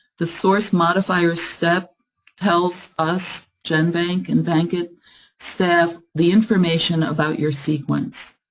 the source modifier step tells us, genbank and bankit staff, the information about your sequence.